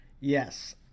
Yes